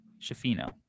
Shafino